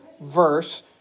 verse